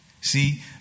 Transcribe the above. See